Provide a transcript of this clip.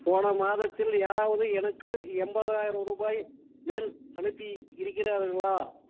போன மாதத்தில் யாராவது எனக்கு எண்பதாயிரம் ரூபாய் மேல் அனுப்பி இருக்கிறார்களா